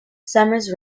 summers